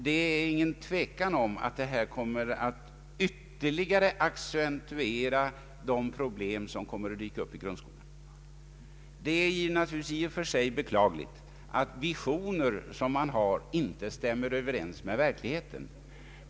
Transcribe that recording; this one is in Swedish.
Det råder inget tvivel om att detta ytterligare måste accentuera de problem som kommer att dyka upp i grundskolan. Det är i och för sig beklagligt att de visioner som man har inte stämmer överens med verkligheten.